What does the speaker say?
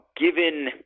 given